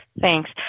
Thanks